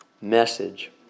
message